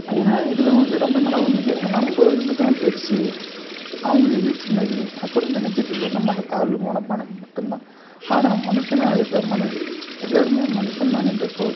ஏன்னா இதில் வந்து நம்ம என்னன வந்து நம்ம இதுதான் பெருசு அவங்க இது சின்னது அப்படினு நினச்சிட்டு இருக்கிறது நம்ம அந்த தாழ்வு மனப்பான்மை மட்டுந்தான் ஆனால் மனுஷனா இருக்க மன எல்லோருமே மனுஷன் தானே என்றப்போது